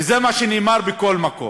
וזה מה שנאמר בכל מקום,